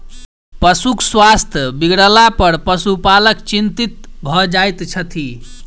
पशुक स्वास्थ्य बिगड़लापर पशुपालक चिंतित भ जाइत छथि